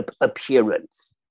appearance